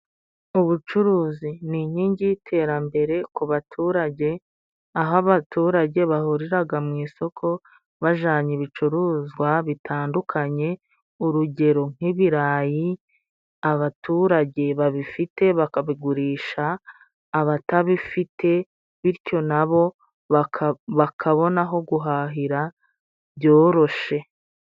Ubucuruzi ni inkingi y'iterambere ku baturage. Aho abaturage bahuriraga mu isoko bajanye ibicuruzwa bitandukanye. Urugero: nk'ibirayi, abaturage babifite bakabigurisha abatabifite bityo nabo bakabona aho guhahira byoroshe.